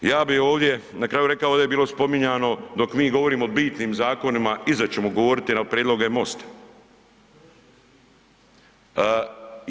Ja bi ovdje na kraju rekao ovdje je bilo spominjano dok mi govorimo o bitnim zakonima, iza ćemo govoriti na prijedloge MOST-a.